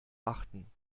achten